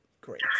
great